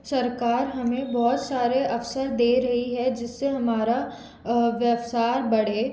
सरकार हमें बहुत सारे अवसर दे रही है जिससे हमारा व्यवसार बढ़े